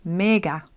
mega